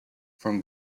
from